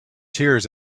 tears